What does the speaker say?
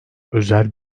özel